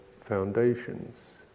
foundations